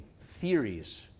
theories